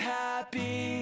happy